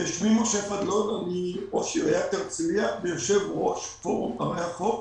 אני ראש עיריית הרצליה ויושב-ראש פורום ערי החוף,